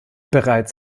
bereits